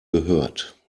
gehört